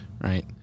right